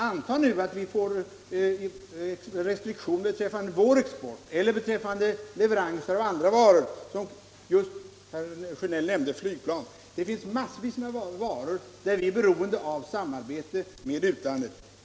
Antag att det blir restriktioner beträffande vår export eller beträffande leveranser av andra varor — herr Sjönell nämnde flygplan. För massvis av varor är vi beroende av samarbete med utlandet.